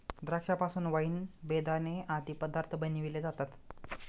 द्राक्षा पासून वाईन, बेदाणे आदी पदार्थ बनविले जातात